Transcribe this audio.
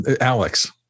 Alex